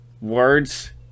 words